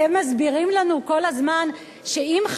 אתם מסבירים לנו כל הזמן שאם,